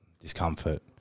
discomfort